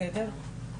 בסדר,